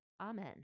Amen